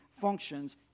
functions